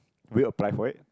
reapply for it